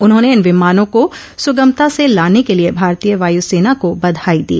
उन्होंने इन विमानों को सुगमता से लाने के लिए भारतीय वायुसेना को बधाई दी